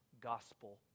gospel